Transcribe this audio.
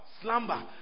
Slumber